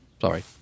sorry